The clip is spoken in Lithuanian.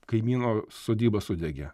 kaimyno sodyba sudegė